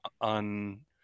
on